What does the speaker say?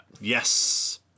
Yes